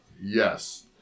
Yes